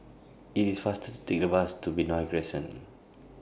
IT IS faster to Take The Bus to Benoi Crescent